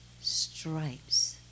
stripes